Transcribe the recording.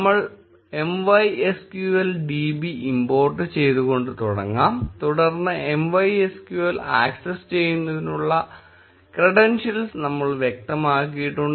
നമ്മൾ MySQL db import ചെയ്തു കൊണ്ട് തുടങ്ങാം തുടർന്ന് MySQL ആക്സസ് ചെയ്യുന്നതിനുള്ള യോഗ്യതകൾ നമ്മൾ വ്യക്തമാക്കിയിട്ടുണ്ട്